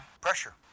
Pressure